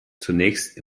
zunächst